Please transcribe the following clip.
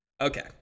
Okay